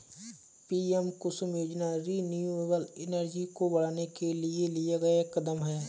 PM Kusum योजना renewable energy को बढ़ाने के लिए लिया गया एक कदम है